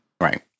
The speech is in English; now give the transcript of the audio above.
Right